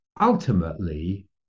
ultimately